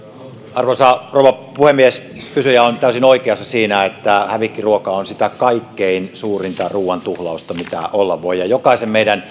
arvoisa rouva puhemies kysyjä on täysin oikeassa siinä että hävikkiruoka on sitä kaikkein suurinta ruuantuhlausta mitä olla voi jokaisen meidän